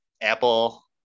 Apple